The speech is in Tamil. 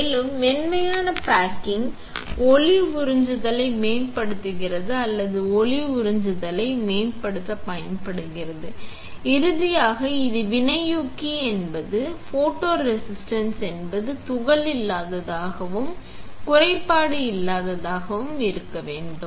மேலும் மென்மையான பேக்கிங் ஒளி உறிஞ்சுதலை மேம்படுத்துகிறது அல்லது ஒளி உறிஞ்சுதலை மேம்படுத்துகிறது இறுதியாக இது வினையூக்கி என்பது ஃபோட்டோரெசிஸ்ட் என்பது துகள் இல்லாததாகவும் குறைபாடு இல்லாததாகவும் இருக்க வேண்டும்